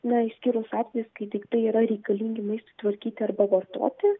na išskyrus atvejus kai daiktai yra reikalingi maistui tvarkyti arba vartoti